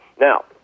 Now